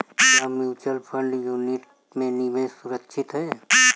क्या mutual fund unit में निवेश सुरक्षित है?